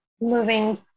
moving